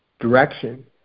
direction